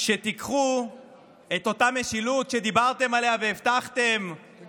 שתיקחו את אותה משילות שדיברתם עליה והבטחתם אותה